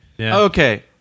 Okay